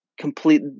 complete